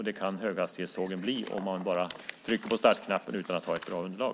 Det kan höghastighetstågen bli om man bara trycker på startknappen utan att ha ett bra underlag.